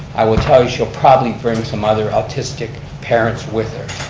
i will tell you she'll probably bring some other autistic parents with her.